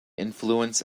influence